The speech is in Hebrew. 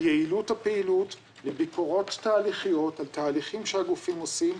ביעילות הפעילות לביקורות תהליכיות על תהליכים שהגופים עושים.